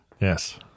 Yes